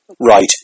Right